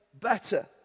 better